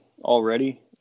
already